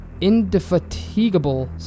Indefatigable